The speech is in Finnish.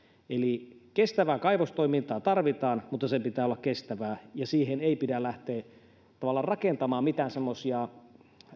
eli kestävää kaivostoimintaa tarvitaan mutta sen pitää olla kestävää siihen ei pidä lähteä tavallaan rakentamaan mitään semmoisia